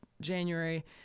January